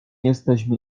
jesteśmy